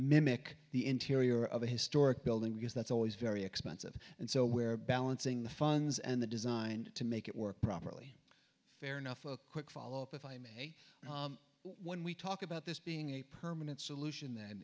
mimic the interior of a historic building because that's always very expensive and so we're balancing the funds and the designed to make it work properly fair enough a quick follow up if i may when we talk about this being a permanent solution th